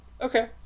okay